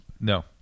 No